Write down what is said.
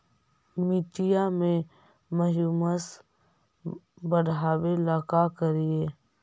मिट्टियां में ह्यूमस बढ़ाबेला का करिए?